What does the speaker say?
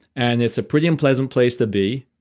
and it's a pretty unpleasant place to be.